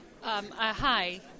Hi